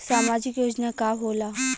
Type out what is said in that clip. सामाजिक योजना का होला?